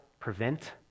prevent